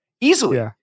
easily